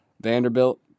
Vanderbilt